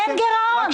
אין גירעון.